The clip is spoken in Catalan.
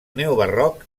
neobarroc